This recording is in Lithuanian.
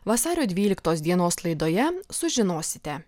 vasario dvyliktos dienos laidoje sužinosite